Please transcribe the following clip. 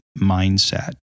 mindset